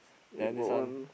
then this one